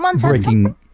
Breaking